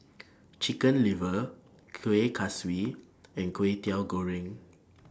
Chicken Liver Kueh Kaswi and Kwetiau Goreng